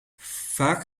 vaak